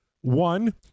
One